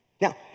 Now